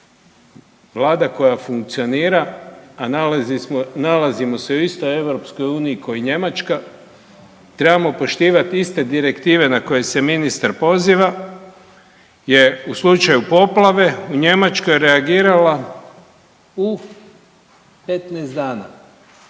Vlada koja funkcionira, a nalazimo se u istoj EU kao i Njemačka, trebamo poštivati iste direktive na koje se ministar poziva je u slučaju poplave u Njemačkoj reagirala u 15 dana.